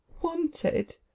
wanted